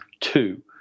two